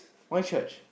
why church